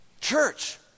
Church